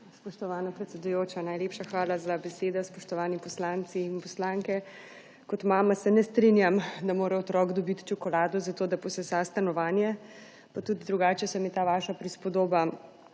Spoštovana predsedujoča, najlepša hvala za besedo. Spoštovani poslanci in poslanke! Kot mama se ne strinjam, da mora otrok dobiti čokolado, da posesa stanovanje, pa tudi drugače se mi ta vaša primerjava